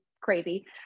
crazy